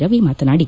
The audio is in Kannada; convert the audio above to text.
ರವಿ ಮಾತನಾಡಿ